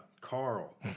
Carl